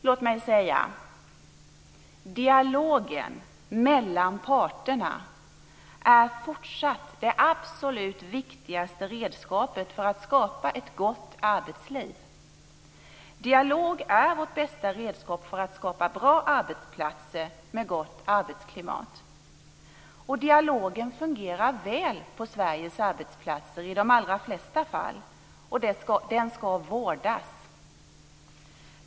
Låt mig säga: Dialogen mellan parterna är fortsatt det absolut viktigaste redskapet för att skapa ett gott arbetsliv. Dialog är vårt bästa redskap för att skapa bra arbetsplatser med gott arbetsklimat. Dialogen fungerar väl på Sveriges arbetsplatser i de allra flesta fall, och den ska vårdas.